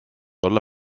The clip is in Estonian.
olla